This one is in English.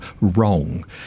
wrong